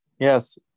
Yes